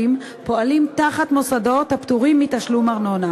פועלים תחת מוסדות הפטורים מתשלום ארנונה,